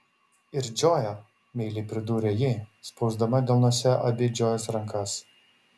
ir džoja meiliai pridūrė ji spausdama delnuose abi džojos rankas